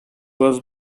was